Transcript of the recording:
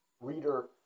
reader